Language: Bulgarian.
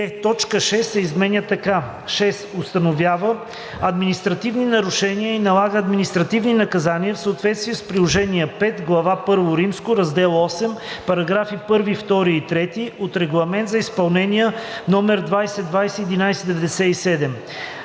точка 6 се изменя така: „6. установява административни нарушения и налага административни наказания в съответствие с Приложение V, глава I, раздел 8, параграфи 1, 2 и 3 от Регламент за изпълнение (ЕС) № 2020/1197;“ е)